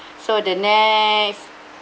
so the next